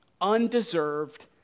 Undeserved